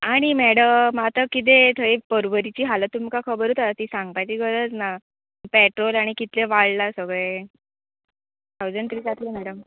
आनी मॅडम आतां किदें थंय परवरीची हालत तुमकां खबरूत आहा ती सांगपाची गरज ना पेट्रोल आनी कितले वाडला सगळे थावजंड त्री जातले मॅडम